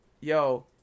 yo